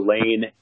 Lane